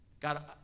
God